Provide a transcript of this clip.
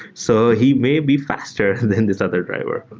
so he may be faster than this other driver,